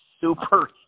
super